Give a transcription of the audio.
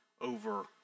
over